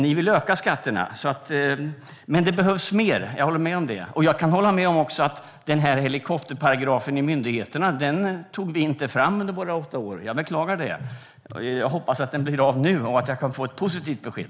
Ni vill öka skatterna, men jag håller med om att det behövs mer. Jag kan också hålla med om att vi under våra åtta år inte tog fram någon helikopterparagraf i myndighetsinstruktionerna. Jag beklagar det. Jag hoppas att det blir av nu och att jag kan få ett positivt besked.